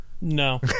No